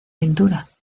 pintura